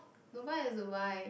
Dubai is Dubai